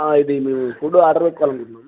ఇది మీ food order వక్కాలనుంటు